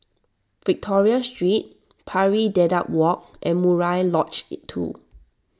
Victoria Street Pari Dedap Walk and Murai Lodge two